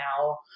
now